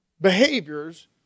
behaviors